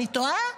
אני טועה?